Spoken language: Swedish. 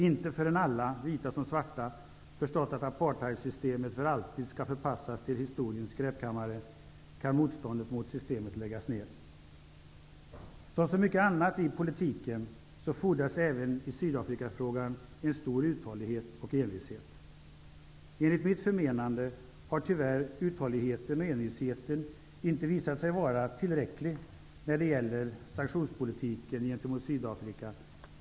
Inte förrän alla, vita som svarta, förstått att apartheidsystemet för alltid skall förpassas till historiens skräpkammare kan motståndet mot systemet läggas ner. Som i så många andra frågor inom politiken fordras även i Sydafrikafrågan en stor uthållighet och envishet. Enligt mitt förmenande har tyvärr uthålligheten och envisheten inte visat sig vara tillräcklig när det gäller sanktionspolitiken gentemot Sydafrika.